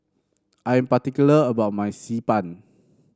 I am particular about my Xi Ban